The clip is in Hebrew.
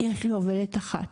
יש לי עובדת אחת,